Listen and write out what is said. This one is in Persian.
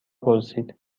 پرسید